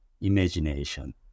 imagination